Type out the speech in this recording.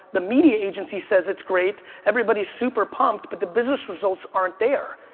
the media agency says it's great, everybody's super pumped but the business results aren't there.